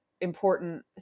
important